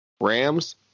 Rams